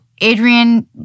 Adrian